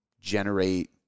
generate